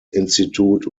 institut